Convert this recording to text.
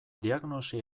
diagnosi